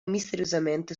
misteriosamente